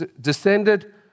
descended